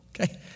Okay